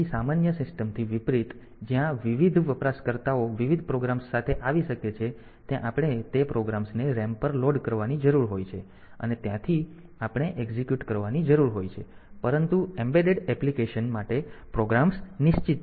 આપણી સામાન્ય સિસ્ટમથી વિપરીત જ્યાં વિવિધ વપરાશકર્તાઓ વિવિધ પ્રોગ્રામ્સ સાથે આવી શકે છે ત્યાં આપણે તે પ્રોગ્રામ્સને RAM પર લોડ કરવાની જરૂર હોય છે અને ત્યાંથી આપણે એક્ઝિક્યુટ કરવાની જરૂર હોય છે પરંતુ એમ્બેડેડ એપ્લિકેશન માટે પ્રોગ્રામ્સ નિશ્ચિત છે